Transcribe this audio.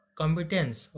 competence